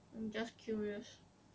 I'm just curious